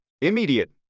immediate